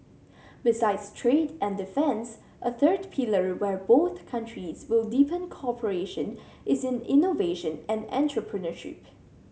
besides trade and defence a third pillar where both countries will deepen cooperation is in innovation and entrepreneurship